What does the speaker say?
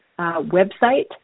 website